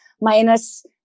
minus